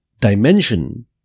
dimension